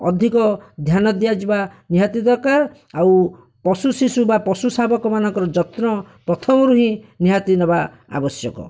ଅଧିକ ଧ୍ୟାନ ଦିଆଯିବା ନିହାତି ଦରକାର ଆଉ ପଶୁ ଶିଶୁ ବା ପଶୁ ଶାବକ ମାନଙ୍କର ଯତ୍ନ ପ୍ରଥମରୁ ହିଁ ନିହାତି ନେବା ଆବଶ୍ୟକ